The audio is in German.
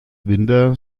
winter